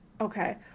Okay